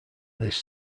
this